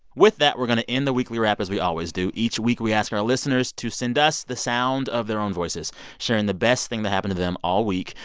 with that, we're going to end the weekly wrap as we always do. each week, we ask our listeners to send us the sound of their own voices sharing the best thing that happened to them all week.